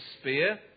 spear